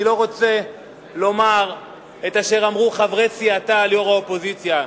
אני לא רוצה לומר את אשר אמרו חברי סיעתה על יושבת-ראש האופוזיציה.